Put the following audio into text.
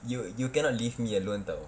you you cannot leave me alone though